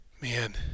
Man